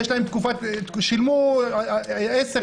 שילמו עשר,